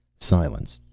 silence.